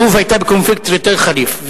לוב היתה בקונפליקט יותר חריף.